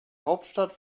hauptstadt